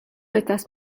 estas